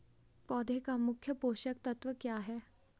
पौधें का मुख्य पोषक तत्व क्या है?